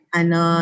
ano